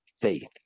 faith